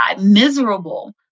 miserable